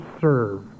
serve